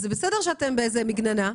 אז זה בסדר שאתם באיזו מגננה,